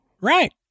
Right